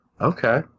Okay